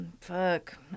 Fuck